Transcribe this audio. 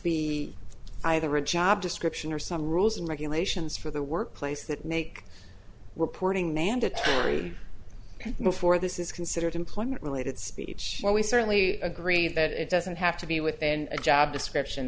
be either a job description or some rules and regulations for the workplace that make reporting mandatory before this is considered employment related speech where we certainly agree that it doesn't have to be within a job description